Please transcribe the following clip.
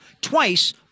twice